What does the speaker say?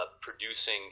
producing